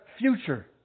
future